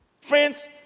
Friends